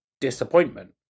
disappointment